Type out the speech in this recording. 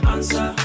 Answer